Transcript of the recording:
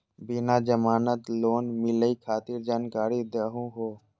बिना जमानत लोन मिलई खातिर जानकारी दहु हो?